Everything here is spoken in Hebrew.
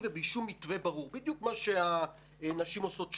ובלי שום מתווה ברור בדיוק מה שנשים עושות דיברו.